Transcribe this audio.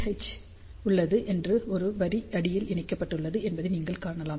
H உள்ளது மற்றும் ஒரு வரி அடியில் இணைக்கப்பட்டுள்ளது என்பதை நீங்கள் காணலாம்